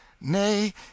nay